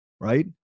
right